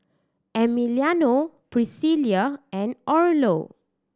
Emiliano Priscila and Orlo